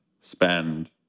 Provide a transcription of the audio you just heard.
spend